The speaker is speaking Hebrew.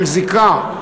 של זיקה,